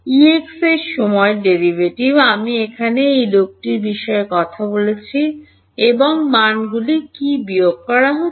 Exর সময় ডেরাইভেটিভ আমি এখানে এই লোকটির বিষয়ে কথা বলছি এবং মানগুলি কী বিয়োগ করা হচ্ছে